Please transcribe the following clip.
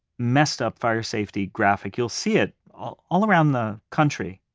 messed up fire safety graphic. you'll see it all all around the country,